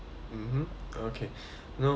okay no issues